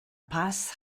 pass